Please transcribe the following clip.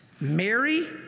Mary